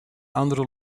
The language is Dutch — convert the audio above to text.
andere